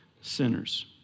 sinners